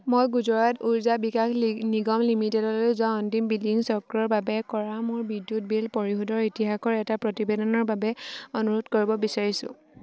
মই গুজৰাট উৰ্জা বিকাশ নিগম লিমিটেডলৈ যোৱা অন্তিম বিলিং চক্ৰৰ বাবে কৰা মোৰ বিদ্যুৎ বিল পৰিশোধৰ ইতিহাসৰ এটা প্ৰতিবেদনৰ বাবে অনুৰোধ কৰিব বিচাৰিছোঁ